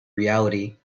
reality